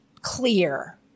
clear